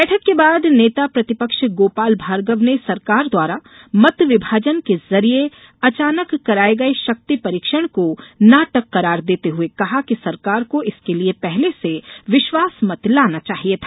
बैठक के बाद नेता प्रतिपक्ष गोपाल भार्गव ने सरकार द्वारा मत विभाजन के जरिये अचानक कराये गये शक्ति परीक्षण को नाटक करार देते हुए कहा कि सरकार को इसके लिए पहले से विश्वासमत लाना चाहिये था